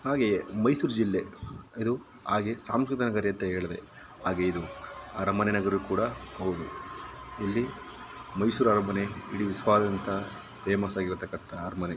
ಹಾಗೆ ಮೈಸೂರು ಜಿಲ್ಲೆ ಇದು ಹಾಗೆ ಸಾಂಸ್ಕೃತಿಕ ನಗರಿ ಅಂತ ಹೇಳಿದ ಹಾಗೆಯೇ ಇದು ಅರಮನೆ ನಗರ ಕೂಡ ಹೌದು ಇಲ್ಲಿ ಮೈಸೂರು ಅರಮನೆ ಫೇಮಸ್ ಆಗಿರತಕ್ಕಂಥ ಅರಮನೆ